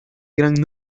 gran